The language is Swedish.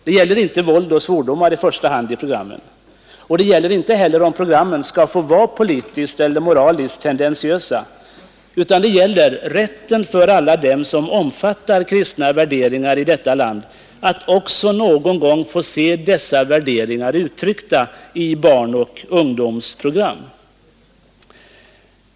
Det gäller inte i första hand våld och svordomar i programmen, och det gäller inte heller om programmen skall få vara politiskt eller moraliskt tendentiösa, utan det gäller rätten för alla dem som omfattar kristna värderingar här i landet att också någon gång få se dessa värderingar uttryckta i barnoch ungdomsprogram.